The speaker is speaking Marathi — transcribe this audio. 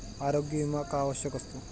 आरोग्य विमा का आवश्यक असतो?